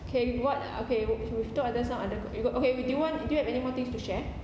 okay what okay we've two other some other got you got okay do you want do you have any more things to share